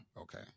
Okay